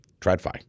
TradFi